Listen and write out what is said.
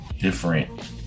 different